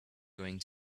going